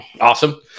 Awesome